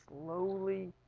slowly